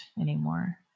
anymore